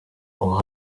uha